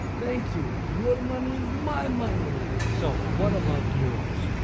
thank you, your money is my money now. so what about euros?